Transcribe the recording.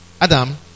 Adam